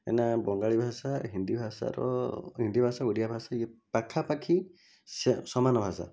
କାହିଁକିନା ବଙ୍ଗାଳୀ ଭାଷା ହିନ୍ଦୀ ଭାଷାର ହିନ୍ଦୀ ଭାଷା ଓଡ଼ିଆ ଭାଷା ପାଖାପାଖି ସମାନ ଭାଷା